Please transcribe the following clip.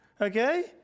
Okay